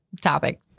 topic